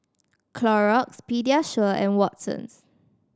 Clorox Pediasure and Watsons